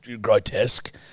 grotesque